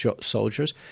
soldiers